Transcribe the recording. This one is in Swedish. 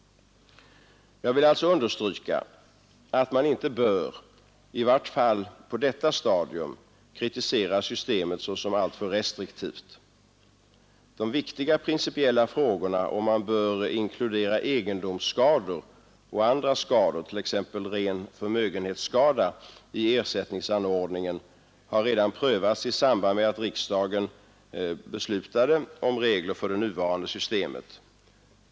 Jag vill alltså understryka att man — i vart fall inte på detta stadium — inte bör kritisera systemet som alltför restriktivt. Den viktiga principiella frågan om man bör inkludera egendomsskador och andra skador, t.ex. rena förmögenhetsskador, i ersättningsanordningen har redan prövats i samband med att riksdagen beslutade om regler för det nuvarande systemet.